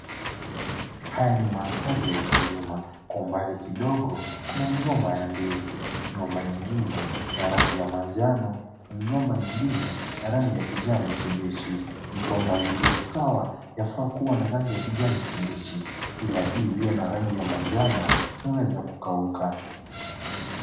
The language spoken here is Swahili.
Haya ni mandhari ya ukulima kwa umbali kidogo kuna migomba ya ndizi migomba ingine niya rangi ya manjano na migomba ingine ni rangi ya kijani kibichi migomba iliyokuwa sawa yafaa kukua ya rangi ya kibihi ila hii iliyo na rangi ya njano inaweza kukauka.